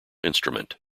instrument